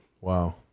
Wow